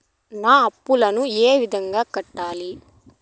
నా అప్పులను ఏ విధంగా కట్టాలి?